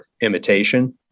imitation